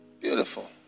Beautiful